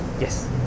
Yes